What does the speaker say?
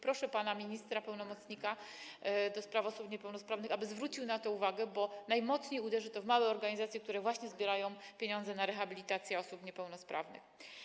Proszę pana ministra, pełnomocnika ds. osób niepełnosprawnych, aby zwrócił na to uwagę, bo to najmocniej uderzy w małe organizacje, które właśnie zbierają pieniądze na rehabilitację osób niepełnosprawnych.